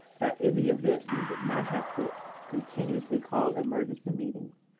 that in the event we would not have to continuously call emergency meetings.